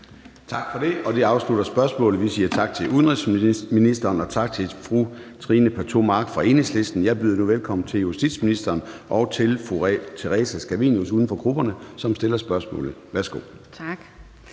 Tak for det, og det afslutter spørgsmålet. Vi siger tak til udenrigsministeren og til fru Trine Pertou Mach fra Enhedslisten. Jeg byder nu velkommen til justitsministeren og til fru Theresa Scavenius, uden for grupperne, som stiller spørgsmålet. Kl.